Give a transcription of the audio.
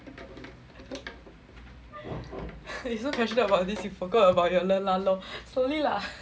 you so passionate about this you forgot about your leh lah lor